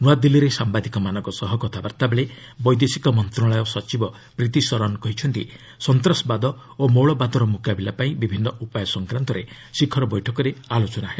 ନ୍ତଆଦିଲ୍ଲୀରେ ସାମ୍ଭାଦିକମାନଙ୍କ ସହ କଥାବାର୍ତ୍ତାବେଳେ ବୈଦେଶିକ ମନ୍ତ୍ରଣାଳୟର ସଚିବ ପ୍ରୀତି ସରଣ କହିଛନ୍ତି ସନ୍ତାସବାଦ ଓ ମୌଳବାଦର ମୁକାବିଲାପାଇଁ ବିଭିନ୍ନ ଉପାୟ ସଂକ୍ରାନ୍ତରେ ଶୀଖର ବୈଠକରେ ଆଲୋଚନା ହେବ